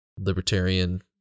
libertarian